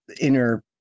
inner